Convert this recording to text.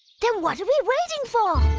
then what are we waiting for?